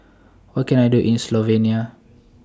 What Can I Do in Slovenia